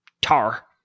Tar